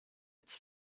its